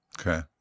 Okay